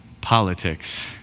politics